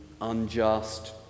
unjust